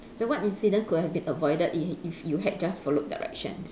so what incident could have been avoided if if you had just followed directions